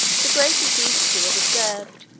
the greatest decency was observed,